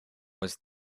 was